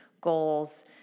goals